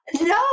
No